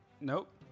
Nope